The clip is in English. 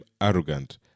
arrogant